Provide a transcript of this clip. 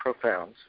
profound